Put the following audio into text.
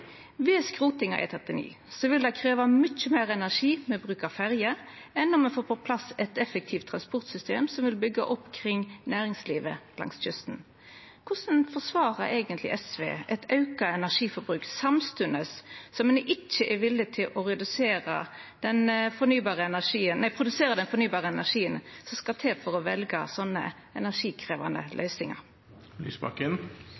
vil det krevja mykje meir energi å bruka ferjer enn når me får på plass eit effektivt transportsystem som vil byggja opp kring næringslivet langs kysten. Korleis forsvarar eigentleg SV eit auka energiforbruk samstundes som ein ikkje er villig til å produsera den fornybare energien som skal til for å velja sånne energikrevjande